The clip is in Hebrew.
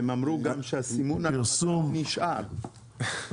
והם אמרו שהסימון על המדף נשאר, נכון?